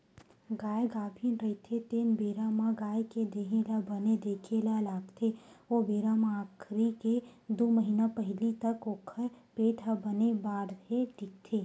गाय गाभिन रहिथे तेन बेरा म गाय के देहे ल बने देखे ल लागथे ओ बेरा म आखिरी के दू महिना पहिली तक ओखर पेट ह बने बाड़हे दिखथे